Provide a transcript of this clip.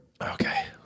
Okay